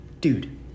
Dude